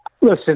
Listen